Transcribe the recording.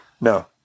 No